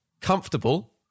comfortable